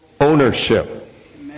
ownership